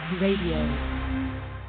Radio